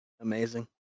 Amazing